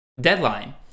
deadline